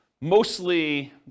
mostly